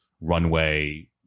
runway